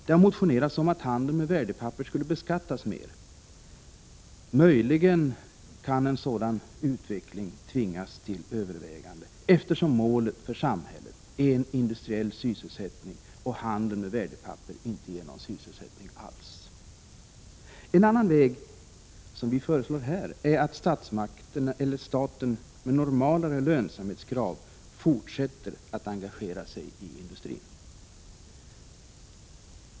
Det har motionerats om att handeln med värdepapper skulle beskattas mer. Möjligen kan det bli nödvändigt att överväga en sådan utveckling, eftersom målet för samhället är industriell sysselsättning och handeln med värdepapper inte ger någon sysselsättning alls. En annan väg är, som vi här föreslår, att staten med normalare lönsamhetskrav fortsätter att engagera sig i industrin.